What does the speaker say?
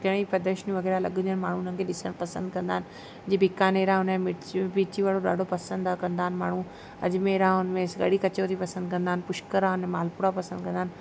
घणेई प्रदर्शनियूं वग़ैरह लॻंदियूं आहिनि माण्हू हुनखे ॾिसण पसंदि कंदा आहिनि जीअं बीकानेर आहे हुनजो मिर्ची मिर्ची वड़ो ॾाढो पसंदि आहे कंदा आहिनि माण्हू अजमेर आहे हुन में कढ़ी कचौरी पसंदि कंदा आहिनि पुष्कर आहे हुन में मालपूड़ा पसंदि कंदा आहिनि